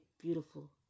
beautiful